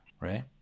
right